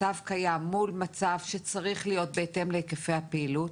מצב קיים מול מצב שצריך להיות בהתאם להיקפי הפעילות.